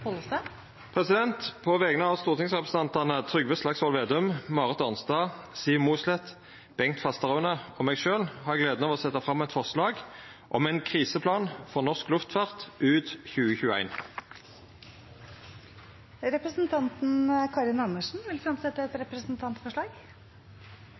Pollestad vil fremsette et representantforslag. På vegner av stortingsrepresentantane Trygve Slagsvold Vedum, Marit Arnstad, Siv Mossleth, Bengt Fasteraune og meg sjølv har eg gleda av å setja fram eit forslag om ein kriseplan for norsk luftfart ut 2021. Representanten Karin Andersen vil